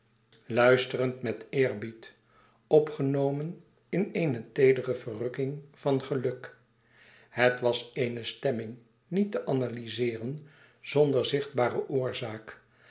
luisterend met eerbied opgenomen in eene teedere verrukking van geluk het was eene stemming niet te analyzeeren zonder zichtbaren oorzaak